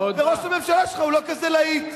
וראש הממשלה שלך הוא לא כזה להיט.